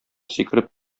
сикереп